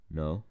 no